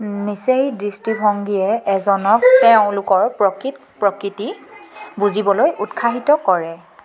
নিশ্চেই দৃষ্টিভংগীয়ে এজনক তেওঁলোকৰ প্ৰকৃত প্ৰকৃতি বুজিবলৈ উৎসাহিত কৰে